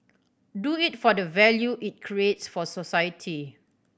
do it for the value it creates for society